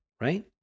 Right